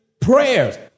prayers